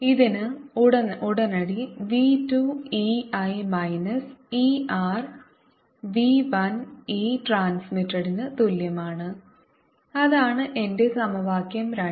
ഇതിന് ഉടനടി v 2 e I minus e r v 1 e ട്രാൻസ്മിറ്റഡ്ന് തുല്യമാണ് അതാണ് എന്റെ സമവാക്യം രണ്ട്